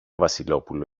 βασιλόπουλο